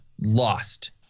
lost